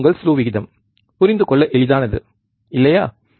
இது உங்கள் ஸ்லூ விகிதம் புரிந்து கொள்ள எளிதானது இல்லையா